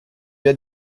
via